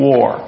War